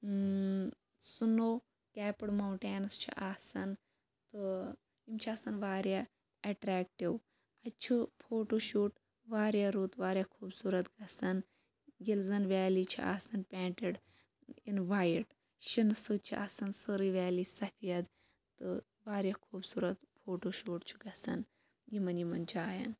snow کیپٕڑ mountains چھِ آسان تہٕ یِم چھِ آسان واریاہ ایٚٹریکٹِو اَتہِ چھُ پھوٹو شوٗٹ واریاہ رُت واریاہ خوٗبصورَت گَژھان ییٚلہِ زَن ویلی چھِ آسَان پینٛٹِڈ اِن وایِٹ شِنہِ سۭتۍ چھِ آسان سٲرٕے ویلی سَفید تہٕ واریاہ خوٗبصورَت فوٹو شوٗٹ چھُ گَژھان یِمَن یِمَن جایَن